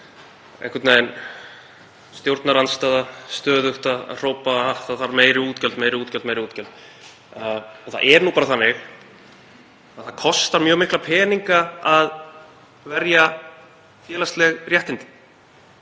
hálfþreytandi að stjórnarandstaðan sé stöðugt að hrópa að það þurfi meiri útgjöld, meiri útgjöld. En það er nú bara þannig að það kostar mjög mikla peninga að verja félagsleg réttindi.